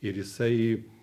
ir jisai